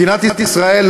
מדינת ישראל,